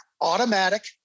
Automatic